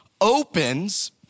opens